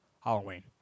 Halloween